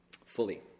fully